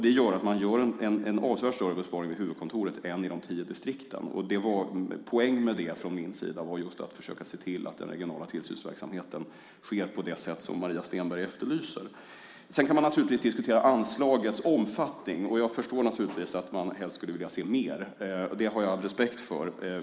Det gör att man genomför en avsevärt större besparing på huvudkontoret än i de tio distrikten. Poängen med det från min sida var att se till att den regionala tillsynsverksamheten sker på det sätt som Maria Stenberg efterlyser. Man kan naturligtvis diskutera anslagets omfattning. Jag förstår att man helst skulle vilja se mer. Det har jag all respekt för.